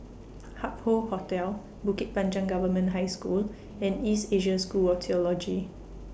Hup Hoe Hotel Bukit Panjang Government High School and East Asia School of Theology